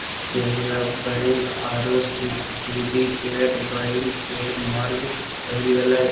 Canara bank आरो syndicate bank के merge कइल गेलय